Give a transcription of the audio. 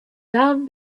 down